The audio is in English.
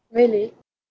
really